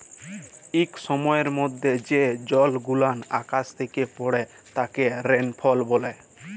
ইক সময়ের মধ্যে যে জলগুলান আকাশ থ্যাকে পড়ে তাকে রেলফল ব্যলে